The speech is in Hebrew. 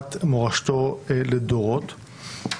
להנחלת מורשתו לדורות.